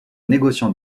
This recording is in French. négociant